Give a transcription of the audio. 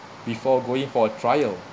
before going for trial